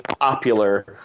popular